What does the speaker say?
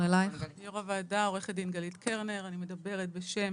יו"ר הוועדה, עו"ד גלית קרנר, אני מדברת בשם